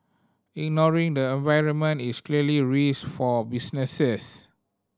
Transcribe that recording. ignoring the environment is clearly a risk for businesses